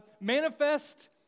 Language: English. manifest